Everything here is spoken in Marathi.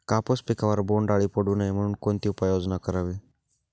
कापूस पिकावर बोंडअळी पडू नये म्हणून कोणती उपाययोजना करावी?